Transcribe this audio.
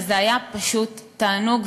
וזה היה פשוט תענוג,